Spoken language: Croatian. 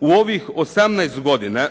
U ovih 18 godina,